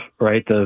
right